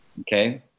Okay